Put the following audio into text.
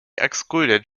excluded